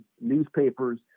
newspapers